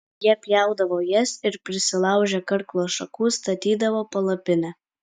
jie pjaudavo jas ir prisilaužę karklo šakų statydavo palapinę